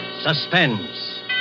Suspense